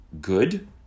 good